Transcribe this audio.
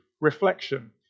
reflection